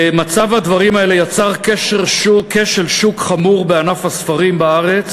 מצב הדברים הזה יצר כשל שוק חמור בענף הספרים בארץ